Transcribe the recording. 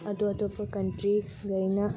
ꯑꯗꯣ ꯑꯇꯣꯞꯄ ꯀꯟꯇ꯭ꯔꯤ ꯂꯣꯏꯅ